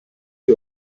die